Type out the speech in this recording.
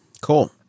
Cool